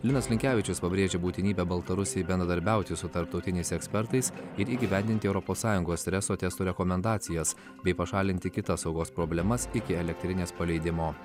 linas linkevičius pabrėžė būtinybę baltarusijai bendradarbiauti su tarptautiniais ekspertais ir įgyvendinti europos sąjungos streso testų rekomendacijas bei pašalinti kitas saugos problemas iki elektrinės paleidimo